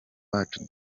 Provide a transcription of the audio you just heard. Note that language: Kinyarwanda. bacu